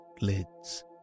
lids